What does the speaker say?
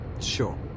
Sure